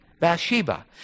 Bathsheba